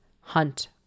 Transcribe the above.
hunt